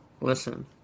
Listen